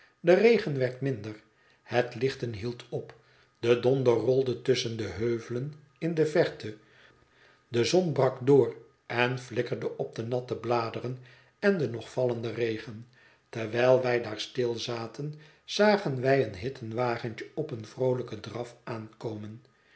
de regen werd minder het lichten hield op de donder rolde tusschen de heuvelen in de verte de zon brak door en flikkerde op de natte bladeren en den nog vallenden regen terwijl wij daar stil zaten zagen wij een hitten wagentje op een vroolijken draf aankomen